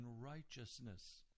righteousness